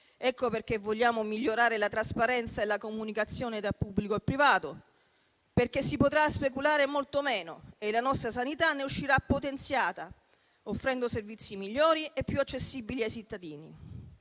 Ecco perché vogliamo migliorare la trasparenza e la comunicazione tra pubblico e privato: si potrà speculare molto meno e la nostra sanità ne uscirà potenziata, offrendo servizi migliori e più accessibili ai cittadini.